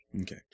okay